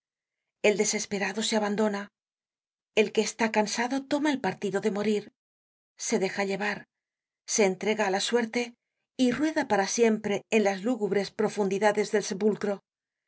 el desesperado se abandona el que está cansado toma el partido de morir se deja llevar se entrega á la suerte y rueda para siempre en las lúgubres profundidades del sepulcro